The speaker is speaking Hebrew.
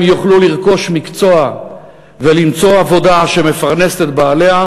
יוכלו לרכוש מקצוע ולמצוא עבודה שמפרנסת את בעליה,